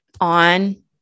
on